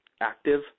active